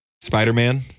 Spider-Man